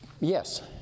yes